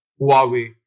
Huawei